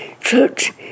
Church